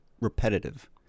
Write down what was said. repetitive